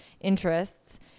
interests